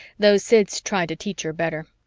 though sid's tried to teach her better.